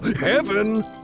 Heaven